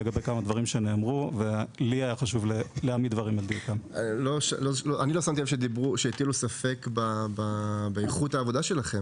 אני לא שמתי לב שהטילו ספק באיכות העבודה שלכם,